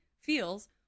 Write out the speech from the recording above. feels